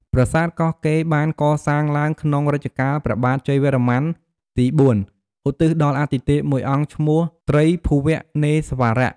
ប្រាសាទកោះកេរ្តិ៍ បានកសាងឡើងក្នុងរជ្ជកាលព្រះបាទជ័យវរ័្មនទី៤ឧទ្ទិសដល់អាទិទេពមួយអង្គឈ្មោះ ត្រីភូវនេស្វរៈ។